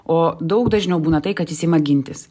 o daug dažniau būna tai kad jis ima gintis